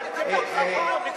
הם לא מקבלים טיפול ראוי.